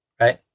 Right